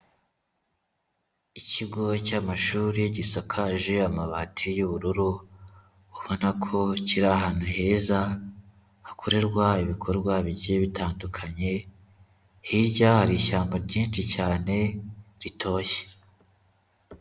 Ikigo cy'amashuri gisakaje amabati y'ubururu, ubona ko kiri ahantu heza hakorerwa ibikorwa bigiye bitandukanye, hirya hari ishyamba ryinshi cyane ritoshye.